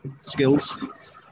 skills